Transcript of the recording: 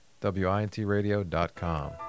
wintradio.com